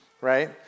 right